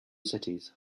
cities